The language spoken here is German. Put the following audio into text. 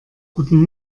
guten